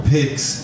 Picks